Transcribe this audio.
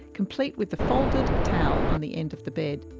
complete with the folded towel on the end of the bed.